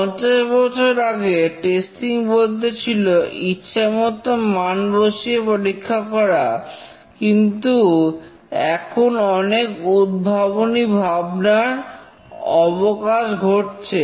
50 বছর আগে টেস্টিং বলতে ছিল ইচ্ছেমতো মান বসিয়ে পরীক্ষা করা কিন্তু এখন অনেক উদ্ভাবনী ভাবনার অবকাশ ঘটছে